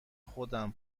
خودم